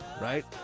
right